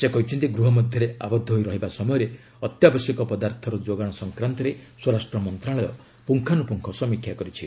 ସେ କହିଛନ୍ତି ଗୃହ ମଧ୍ୟରେ ଆବଦ୍ଧ ହୋଇ ରହିବା ସମୟରେ ଅତ୍ୟାବଶ୍ୟକ ପଦାର୍ଥର ଯୋଗାଣ ସଂକ୍ରାନ୍ତରେ ସ୍ୱରାଷ୍ଟ୍ର ମନ୍ତ୍ରଶାଳୟ ପୁଙ୍ଗାନୁପୁଙ୍ଗ ସମୀକ୍ଷା କରିଛି